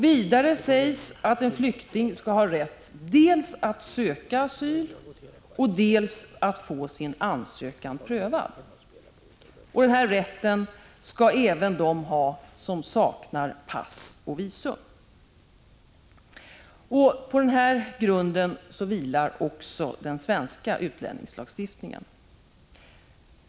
Vidare sägs att en flykting skall ha rätt dels att söka asyl, dels att få sin ansökan prövad. Denna rätt skall även den ha som saknar pass och visum. På denna grund vilar också den svenska utlänningslagstiftningen.